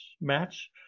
match